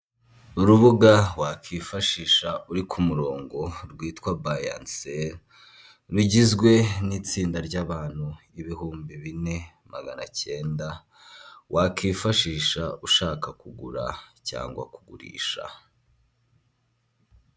Urubuga wakifashisha uri ku murongo rwitwa bayanse rugizwe n'itsinda ry'abantu ibihumbi bine magana icyenda, wakifashisha ushaka kugura cyangwa kugurisha.